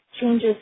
changes